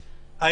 ליבי.